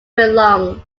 belonged